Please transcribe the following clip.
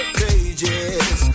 pages